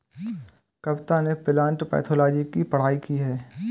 कविता ने plant pathology की पढ़ाई की है